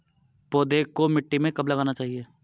पौधे को मिट्टी में कब लगाना चाहिए?